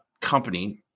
company